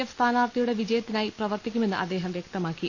F സ്ഥാനാർത്ഥിയുടെ വിജയത്തിനായി പ്രവർത്തിക്കുമെന്ന് അദ്ദേഹം വൃക്തമാക്കി